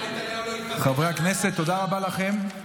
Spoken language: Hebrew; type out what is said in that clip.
חברי הכנסת, תודה רבה לכם.